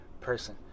person